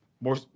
More